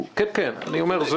כן, אני אומר.